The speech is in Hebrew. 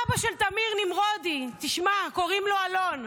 אבא של תמיר נמרודי, תשמע, קוראים לו אלון,